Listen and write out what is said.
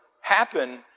happen